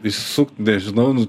išsisukt nežinau nu